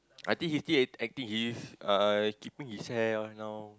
I think he still acting he is uh he's keeping his hair right now